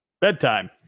Bedtime